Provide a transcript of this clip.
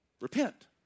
Repent